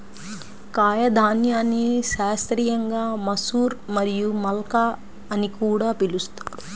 కాయధాన్యాన్ని శాస్త్రీయంగా మసూర్ మరియు మల్కా అని కూడా పిలుస్తారు